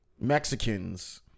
Mexicans